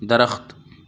درخت